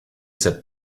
said